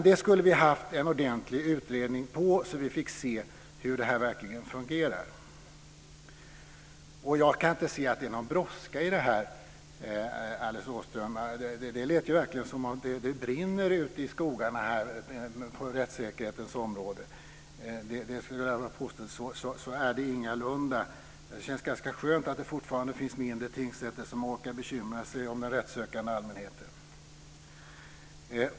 Det skulle vi ha haft en ordentlig utredning av så att vi fick se hur det här verkligen fungerar. Jag kan inte se att det är någon brådska i det här, Alice Åström. Det lät verkligen som om det brinner ute i skogarna på rättssäkerhetens område. Jag skulle vilja påstå att det ingalunda är så. Det känns ganska skönt att det fortfarande finns mindre tingsrätter som orkar bekymra sig om den rättssökande allmänheten.